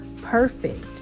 perfect